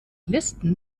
listen